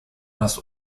nas